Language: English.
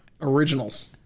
originals